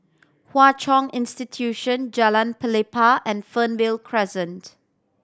Hwa Chong Institution Jalan Pelepah and Fernvale Crescent